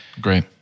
Great